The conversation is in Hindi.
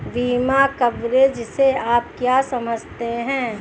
बीमा कवरेज से आप क्या समझते हैं?